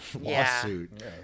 lawsuit